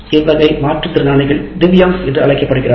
இவ்வகை மாற்றுத்திறனாளிகள் திவ்யாங்ஸ் என்று அழைக்கப்படு கிறார்கள்